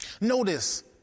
Notice